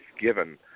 given